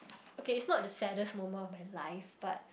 okay it's not the saddest moment of my life but